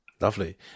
Lovely